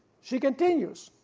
she continues,